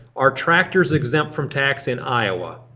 are tractors exempt from tax in iowa?